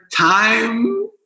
time